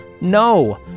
No